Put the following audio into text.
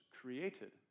created